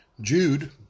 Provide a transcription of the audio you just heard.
Jude